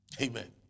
Amen